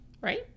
Right